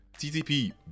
TTP